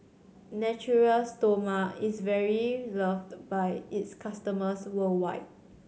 Natura Stoma is very loved by its customers worldwide